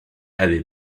avait